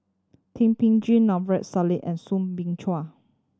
Thum Ping Tjin Maarof Salleh and Soo Bin Chua